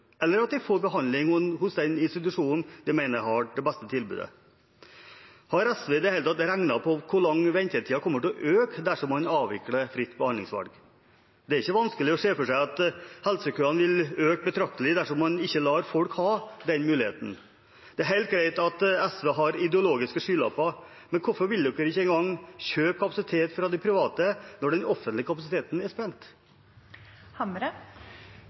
eller at de får behandling ved den institusjonen de mener har det beste tilbudet. Har SV i det hele tatt regnet på hvor mye ventetiden kommer til øke dersom man avvikler fritt behandlingsvalg? Det er ikke vanskelig å se for seg at helsekøene vil øke betraktelig dersom man ikke lar folk ha den muligheten. Det er helt greit at SV har ideologiske skylapper, men hvorfor vil de ikke engang kjøpe kapasitet fra de private når den offentlige kapasiteten er